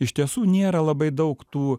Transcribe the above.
iš tiesų nėra labai daug tų